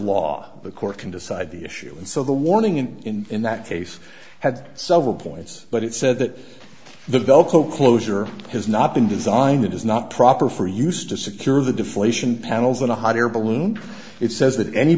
law the court can decide the issue and so the warning in in that case had several points but it said that the velcro closure has not been designed it is not proper for use to secure the deflation panels in a hot air balloon it says that any